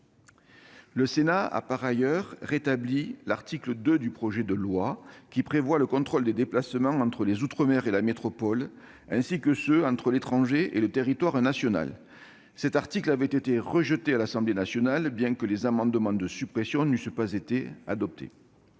Le Sénat a par ailleurs rétabli l'article 2 du projet de loi, qui prévoit la possibilité de contrôler les déplacements entre les outre-mer et la métropole, ainsi qu'entre l'étranger et le territoire national. Cet article avait été rejeté par l'Assemblée nationale, bien que les amendements de suppression n'eussent pas été adoptés.